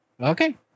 Okay